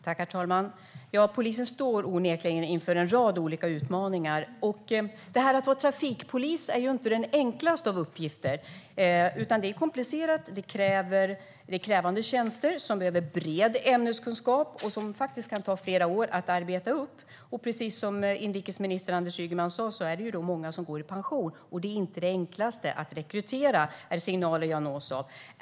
Herr talman! Polisen står onekligen inför en rad olika utmaningar. Att vara trafikpolis är inte den enklaste av uppgifter. Det är komplicerat. Det är krävande tjänster där man behöver bred ämneskunskap, som det kan ta flera år att arbeta upp. Precis som inrikesminister Anders Ygeman sa är det många som går i pension. Det är inte enkelt att rekrytera, enligt de signaler jag har fått.